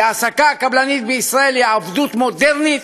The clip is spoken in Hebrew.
כי העסקה קבלנית בישראל היא עבדות מודרנית,